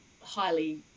highly